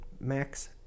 Max